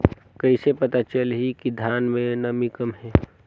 कइसे पता चलही कि धान मे नमी कम हे?